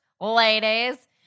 ladies